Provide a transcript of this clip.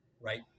right